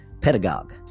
Pedagogue